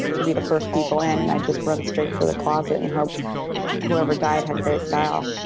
to be the first people in. and i'd just run straight for the closet and hope whoever died had great style.